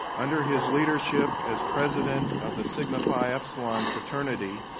under his leadership as president of the sigma phi epsilon fraternity,